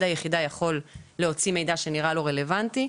היחידה יכול להוציא מידע שנראה לו רלוונטי.